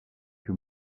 que